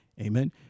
Amen